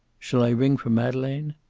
shall i ring for madeleine?